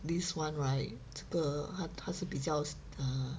this one right 这个他他是比较 err